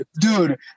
dude